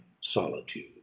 solitude